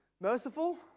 merciful